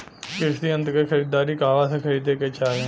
कृषि यंत्र क खरीदारी कहवा से खरीदे के चाही?